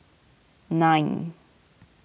nine